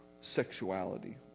sexuality